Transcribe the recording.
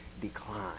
decline